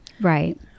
right